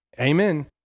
amen